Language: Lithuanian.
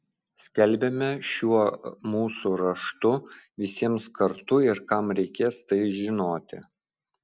skelbiame šiuo mūsų raštu visiems kartu ir kam reikės tai žinoti